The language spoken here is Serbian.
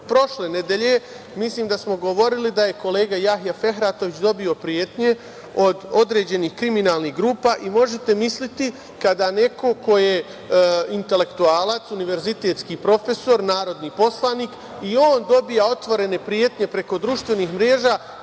nedelje smo govorili da je kolega Jahja Fehratović dobio pretnje od određenih kriminalnih grupa. Možete misliti, kada neko ko je intelektualac, univerzitetski profesor, narodni poslanik dobija otvorene pretnje preko društvenih mreža,